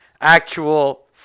actual